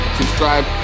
subscribe